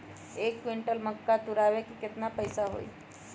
एक क्विंटल मक्का तुरावे के केतना पैसा होई?